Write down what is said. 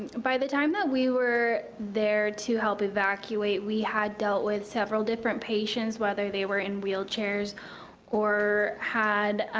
by the time that we were there to help evacuate, we had dealt with several different patients, whether they were in wheelchairs or had, ah,